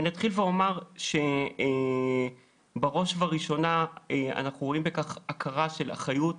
אתחיל ואומר שבראש ובראשונה אנחנו רואים בכך הכרה של אחריות